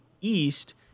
East